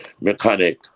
mechanic